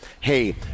hey